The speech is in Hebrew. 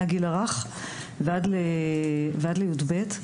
מהגיל הרך ועד לי"ב.